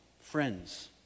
friends